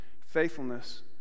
faithfulness